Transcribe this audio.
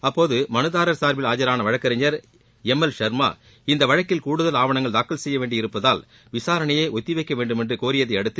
அப்போது மனுதாரர் சார்பில் ஆஜரான வழக்கறிஞர் எம் எல் சர்மா இந்த வழக்கில் கூடுதல் ஆவணங்கள் தாக்கல் செய்யவேண்டி இருப்பதால் விசாரணையை ஒத்திவைக்கவேண்டும் என்று கோரியதையடுத்து